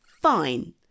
fine